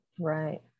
Right